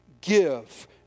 give